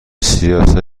سیاست